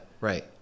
right